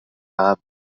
عام